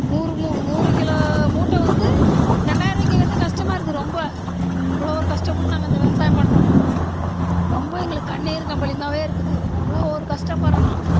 நூறு மு நூறு கிலோ மூட்டை வந்து ரெண்டாயர ருபாய்க்கி விற்கிறதே கஷ்டமா இருக்குது ரொம்ப அவ்வளோ ஒரு கஷ்டப்பட்டு நாங்கள் அந்த விவசாயம் பண்ணுறோம் ரொம்ப எங்களுக்கு கண்ணீரும் கம்பலையுமாகவே இருக்குது அவ்வளோ ஒரு கஷ்டப்பட்றோம் நாங்கள்